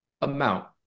amount